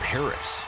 Paris